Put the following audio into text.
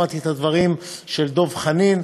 שמעתי את הדברים של דב חנין.